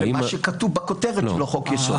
למה שכתוב בכותרת שלו חוק-יסוד.